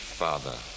father